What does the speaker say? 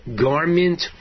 garment